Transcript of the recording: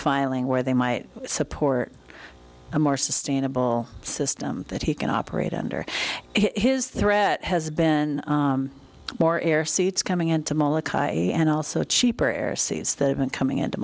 filing where they might support a more sustainable system that he can operate under his threat has been more air seats coming in to molokai and also cheaper air seas that have been coming into